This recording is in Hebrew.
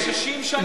כבר 60 שנה.